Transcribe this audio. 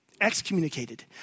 excommunicated